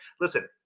Listen